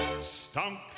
stunk